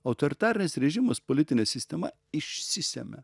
autoritarinis režimas politinė sistema išsisemia